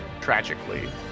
Tragically